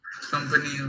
Company